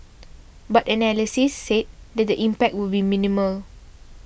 but analysts said that the impact would be minimal